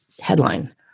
headline